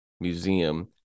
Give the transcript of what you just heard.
museum